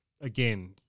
Again